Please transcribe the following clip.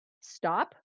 stop